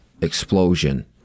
explosion